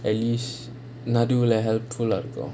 at least நடுல:nadula helpful ah இருக்கும்:irukkum